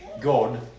God